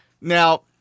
Now